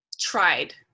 tried